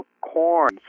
corn